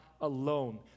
alone